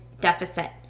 deficit